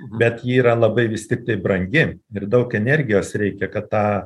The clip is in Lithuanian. bet ji yra labai vis tiktai brangi ir daug energijos reikia kad tą